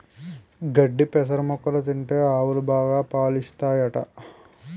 గడ్డి పెసర మొక్కలు తింటే ఆవులు బాగా పాలుస్తాయట